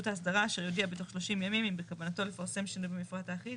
ההסדרה אשר יודיע בתוך 30 ימים אם בכוונתו לפרסם שינוי במפרט האחיד